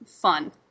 fun